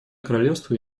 королевство